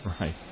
Right